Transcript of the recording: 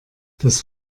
das